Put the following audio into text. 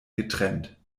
getrennt